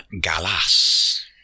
Galas